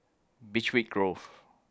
Beechweed Grove